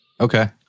Okay